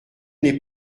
n’est